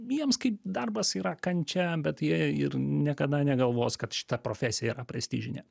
jiems kaip darbas yra kančia bet jie ir niekada negalvos kad šita profesija yra prestižinė